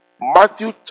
Matthew